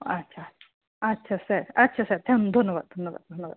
আচ্ছা আচ্ছা আচ্ছা স্যার আচ্ছা স্যার থ্যা ধন্যবাদ ধন্যবাদ ধন্যবাদ